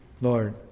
Lord